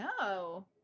no